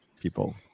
people